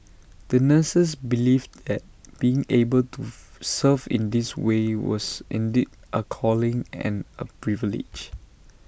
the nurses believed that being able to serve in this way was indeed A calling and A privilege